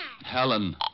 Helen